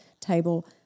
table